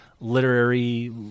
literary